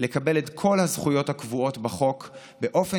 לקבל את כל הזכויות הקבועות בחוק באופן